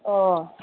ꯑꯥ